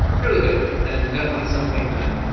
really good and definitely something that